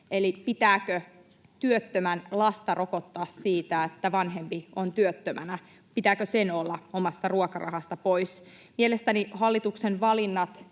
eli pitääkö työttömän lasta rokottaa siitä, että vanhempi on työttömänä? Pitääkö sen olla omasta ruokarahasta pois? Mielestäni hallituksen valinnat,